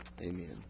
Amen